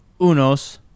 Unos